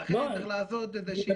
לכן צריך לעשות שיהיה --- לא,